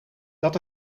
dat